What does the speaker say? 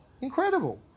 Incredible